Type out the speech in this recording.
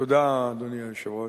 תודה, אדוני היושב-ראש.